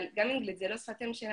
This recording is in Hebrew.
אבל גם אנגלית זו לא שפת אם שלנו.